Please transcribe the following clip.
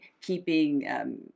keeping